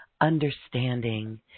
understanding